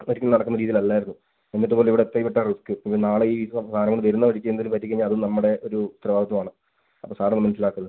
അതൊരിക്കലും നടക്കുന്ന രീതിയിൽ അല്ലായിരുന്നു എന്നിട്ട് പോലും ഇവിടെ എത്തി കിട്ടാൻ റിസ്ക് പിന്നെ നാളെ ഈ ഇത് സാധനങ്ങൾ വരുന്ന വഴിക്ക് എന്തെങ്കിലും പറ്റി കഴിഞ്ഞാൽ അതും നമ്മുടെ ഒരു ഉത്തരവാദിത്തമാണ് അപ്പോൾ സാർ ഒന്ന് മനസ്സിലാക്ക് അത്